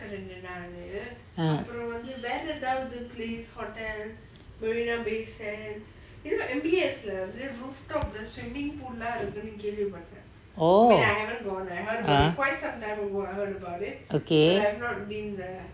oh okay